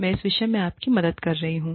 मैं इस विषय में आपकी मदद कर रही हूं